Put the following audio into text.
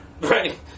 right